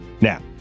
Now